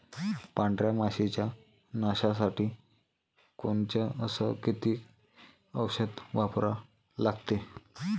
पांढऱ्या माशी च्या नाशा साठी कोनचं अस किती औषध वापरा लागते?